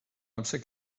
amser